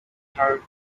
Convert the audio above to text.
heard